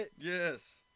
Yes